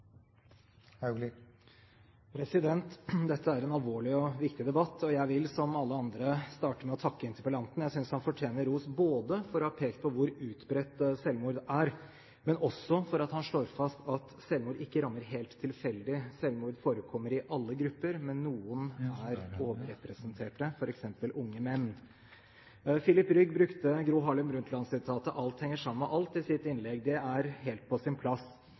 en alvorlig og viktig debatt, og jeg vil, som alle andre, starte med å takke interpellanten. Jeg synes han fortjener ros både for å ha pekt på hvor utbredt selvmord er, og også for at han slår fast at selvmord ikke rammer helt tilfeldig. Selvmord forekommer i alle grupper, men noen er overrepresentert, f.eks. unge menn. Filip Rygg brukte Gro Harlem Brundtland-sitatet «alt henger sammen med alt» i sitt innlegg. Det er helt på sin plass.